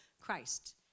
Christ